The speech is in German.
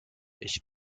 ich